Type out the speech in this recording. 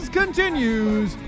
continues